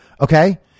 Okay